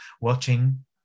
watching